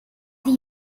the